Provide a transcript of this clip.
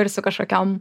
ir su kažkokiom